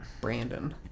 Brandon